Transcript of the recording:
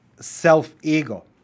self-ego